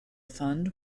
fund